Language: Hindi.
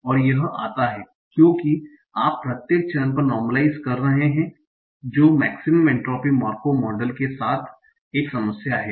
और यह आता है क्योंकि आप प्रत्येक चरण पर नार्मलइस कर रहे हैं जो मेक्सिमम एंट्रोपी मार्कोव मॉडल के साथ एक समस्या है